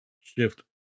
shift